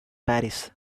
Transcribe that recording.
paris